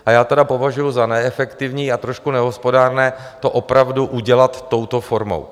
A já tedy považuji za neefektivní a trošku nehospodárné to opravdu udělat touto formou.